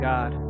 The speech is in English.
God